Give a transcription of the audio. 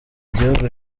igihugu